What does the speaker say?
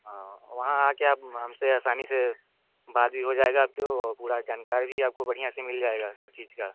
हाँ वहाँ आ कर आप हमसे आसानी से बात भी हो जाएग आपको और पूरा जानकारी भी आपको बढियाँ से मिल जाएगा सब चीज़ का